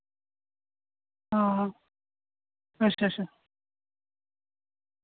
हां अच्छा अच्छा